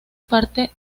parte